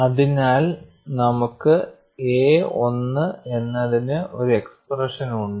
അതിനാൽ നമുക്ക് എ 1 എന്നതിന് ഒരു എക്സ്പ്രഷൻ ഉണ്ട്